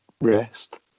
rest